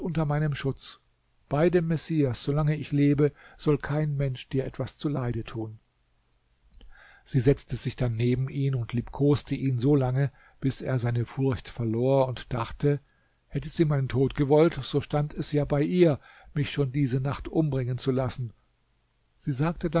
unter meinem schutz bei dem messias solange ich lebe soll kein mensch dir etwas zuleide tun sie setzte sich dann neben ihn und liebkoste ihn solange bis er seine furcht verlor und dachte hätte sie meinen tod gewollt so stand es ja bei ihr mich schon diese nacht umbringen zu lassen sie sagte